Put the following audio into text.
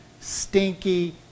stinky